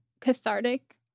cathartic